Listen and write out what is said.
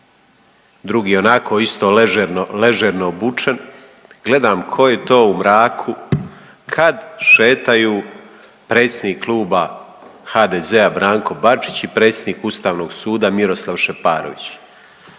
drugi onako isto ležerno obučen. Gledam tko je to u mraku kad šetaju predsjednik kluba HDZ-a Branko Bačić i predsjednik Ustavnog suda Miroslav Šeparović